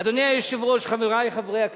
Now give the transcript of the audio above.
אדוני היושב-ראש, חברי חברי הכנסת,